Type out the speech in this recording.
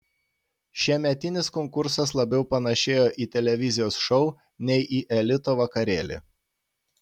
šiemetinis konkursas labiau panašėjo į televizijos šou nei į elito vakarėlį